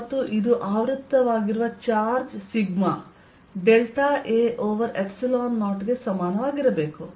ಮತ್ತು ಇದು ಆವೃತ್ತವಾಗಿರುವ ಚಾರ್ಜ್ σ ಡೆಲ್ಟಾ a ಓವರ್ ϵ0 ಗೆ ಸಮಾನವಾಗಿರಬೇಕು